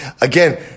again